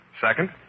Second